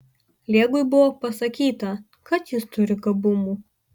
liegui buvo pasakyta kad jis turi gabumų